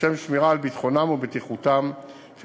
לשם שמירה על ביטחונם ובטיחותם של